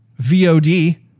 VOD